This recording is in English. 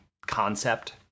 concept